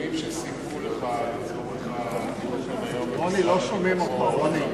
מהנתונים שסיפרו לך לצורך הדיון כאן היום עם משרד הביטחון,